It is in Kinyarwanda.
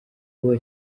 kuba